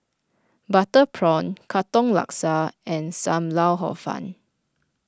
Butter Prawn Katong Laksa and Sam Lau Hor Fun